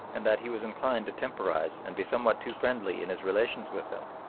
and that he was inclined to temporise and be somewhat too friendly in his relations with them,